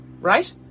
Right